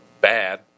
bad